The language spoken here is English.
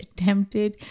attempted